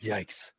Yikes